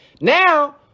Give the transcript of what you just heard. Now